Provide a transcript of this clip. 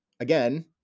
again